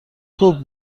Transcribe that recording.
خوب